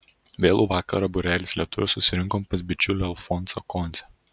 vėlų vakarą būrelis lietuvių susirinkom pas bičiulį alfonsą koncę